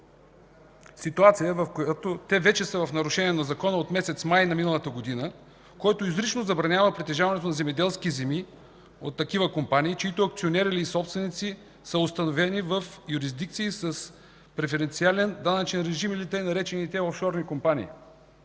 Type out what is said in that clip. ситуация, в която те вече са в нарушение на закона от месец май на миналата година, който изрично забранява притежаването на земеделски земи от такива компании, чиито акционери или собственици са установени в юрисдикция и с преференциален данъчен режим или така наречените офшорни компании.